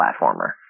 platformer